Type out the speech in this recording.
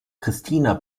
christina